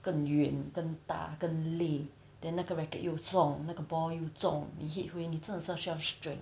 更远更大更累 then 那个 racket 又重那个 ball 又重 you hit 回你真的是需要 strength